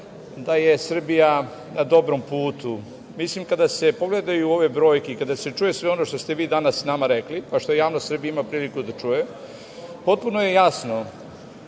da je Srbija na dobrom putu. Kada se pogledaju ove brojke i kada se čuje sve ono što ste vi danas nama rekli, a što javnost Srbije ima priliku da čuje, potpuno je jasno,